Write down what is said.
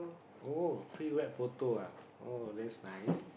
oh free web photo ah oh that's nice